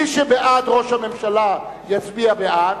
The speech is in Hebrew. מי שבעד ראש הממשלה יצביע בעד,